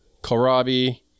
kohlrabi